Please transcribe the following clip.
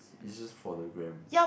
is just for the gram